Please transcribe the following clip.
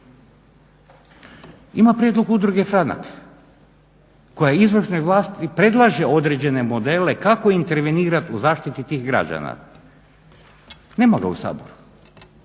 Ima prijedlog udruge Franak koja izvršnoj vlasti predlaže određene modele kako intervenirat u zaštiti tih građana. Nema ga u Saboru.